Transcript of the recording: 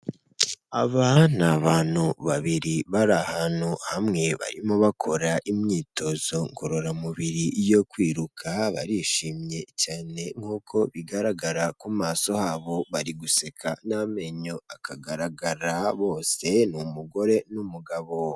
Aba ni abantu babiri bari ahantu hamwe barimo bakora imyitozo ngororamubiri yo kwiruka, barishimye cyane nkuko bigaragara ku maso habo, bari guseka n'amenyo akagaragara, bose ni umugore n'umugabo.